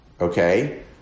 okay